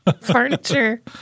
Furniture